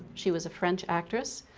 she was a french actress.